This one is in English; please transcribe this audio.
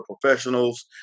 professionals